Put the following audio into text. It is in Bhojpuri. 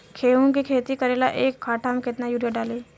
गेहूं के खेती करे ला एक काठा में केतना युरीयाँ डाली?